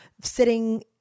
sitting